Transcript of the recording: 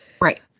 Right